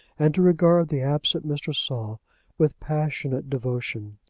and to regard the absent mr. saul with passionate devotion.